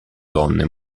donne